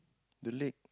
the leg